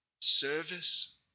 service